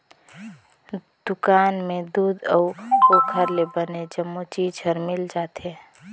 दुकान में दूद अउ ओखर ले बने जम्मो चीज हर मिल जाथे